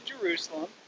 Jerusalem